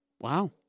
Wow